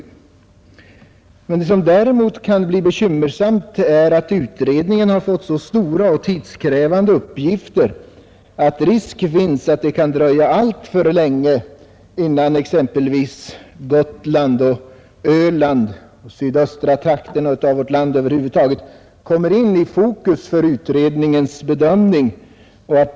Det som däremot kan bli bekymmersamt är att utredningen har fått så stora och tidskrävande uppgifter att risk finns att det kan dröja alltför länge innan exempelvis Gotland och Öland och de sydöstra trakterna av vårt land över huvud taget kommer in i fokus för utredningens bedömning.